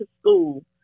school